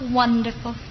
wonderful